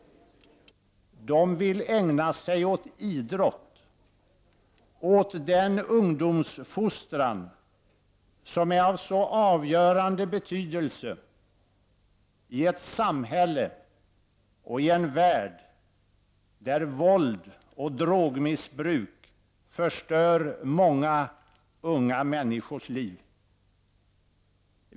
De vill ägna sig åt idrott, åt den ungdomsfostran som är av så avgörande betydelse i ett samhälle och i en värld där våld och drogmissbruk förstör många unga människors liv.